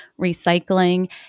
recycling